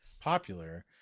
popular